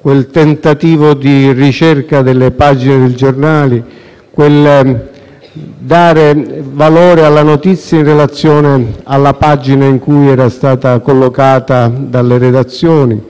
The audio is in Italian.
quel tentativo di ricerca delle pagine dei giornali, quel dare valore alla notizia in relazione alla pagina in cui era stata collocata dalle redazioni